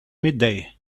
midday